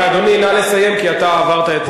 רק, אדוני, נא לסיים, כי אתה עברת את הזמן.